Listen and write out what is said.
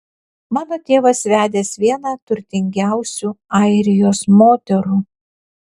mano tėvas vedęs vieną turtingiausių airijos moterų